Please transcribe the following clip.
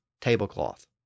tablecloth